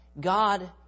God